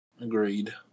Agreed